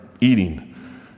eating